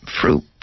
fruit